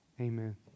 Amen